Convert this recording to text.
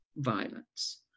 violence